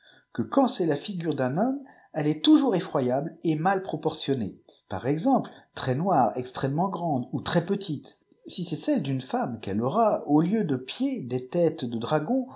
que quand ie'est la figure d'un homme elle est toujours effroyable et mal proportionnée par exemple très noire extrêmement graiîde ou très petite si c'est celle d'une femme qu'elle aura au lieu de pieds des têtes de dragons